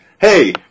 Hey